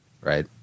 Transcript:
right